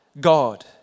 God